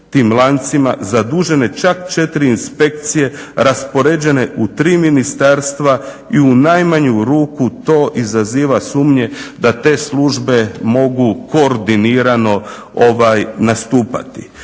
tim lancima zadužene čak 4 inspekcije raspoređene u tri ministarstva i u najmanju ruku to izaziva sumnje da te službe mogu koordinirano nastupati.